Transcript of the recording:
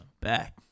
back